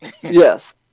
Yes